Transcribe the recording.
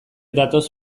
datoz